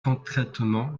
concrètement